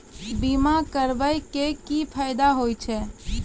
बीमा करबै के की फायदा होय छै?